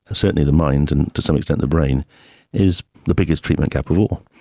ah certainly the mind and to some extent the brain is the biggest treatment gap of all.